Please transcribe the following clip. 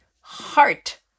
heart